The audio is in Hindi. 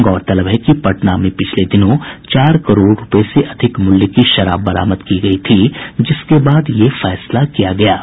गौरतलब है कि पटना में पिछले दिनों चार करोड़ रूपये से अधिक मूल्य की शराब बरामद की गयी थी जिसके बाद यह फैसला किया गया है